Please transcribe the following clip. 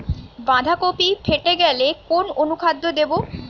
বাঁধাকপি ফেটে গেলে কোন অনুখাদ্য দেবো?